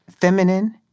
feminine